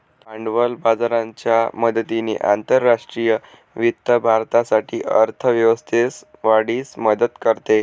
भांडवल बाजाराच्या मदतीने आंतरराष्ट्रीय वित्त भारतासाठी अर्थ व्यवस्थेस वाढीस मदत करते